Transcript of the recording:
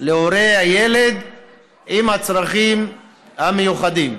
להורי הילד עם הצרכים המיוחדים.